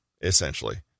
essentially